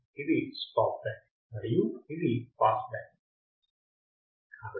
ఇది stop band మరియు ఇది పాస్ బ్యాండ్